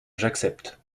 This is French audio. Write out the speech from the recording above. j’accepte